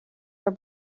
her